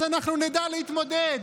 אז אנחנו נדע להתמודד.